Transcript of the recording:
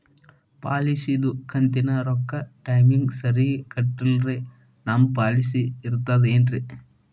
ಪಾಲಿಸಿದು ಕಂತಿನ ರೊಕ್ಕ ಟೈಮಿಗ್ ಸರಿಗೆ ಕಟ್ಟಿಲ್ರಿ ನಮ್ ಪಾಲಿಸಿ ಇರ್ತದ ಏನ್ರಿ?